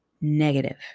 negative